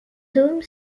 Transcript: dôme